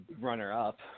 runner-up